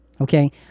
okay—